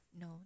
no